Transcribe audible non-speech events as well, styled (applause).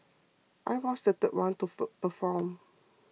I was the one to (hesitation) perform